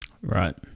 right